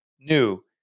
new